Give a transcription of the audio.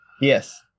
Yes